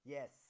Yes